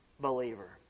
believer